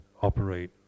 operate